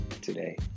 today